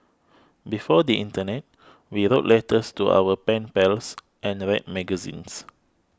before the internet we wrote letters to our pen pals and read magazines